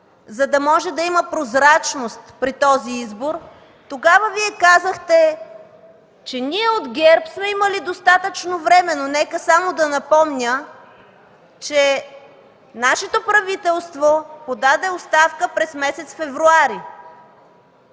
за да може да има прозрачност при този избор, тогава Вие казахте, че ние от ГЕРБ сме имали достатъчно време. Нека само да напомня, че нашето правителство подаде оставка през месец февруари.